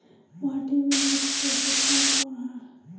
माटी में मुख्य पोषक कवन कवन ह?